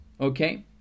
Okay